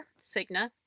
Cigna